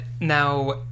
now